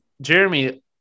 Jeremy